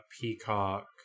peacock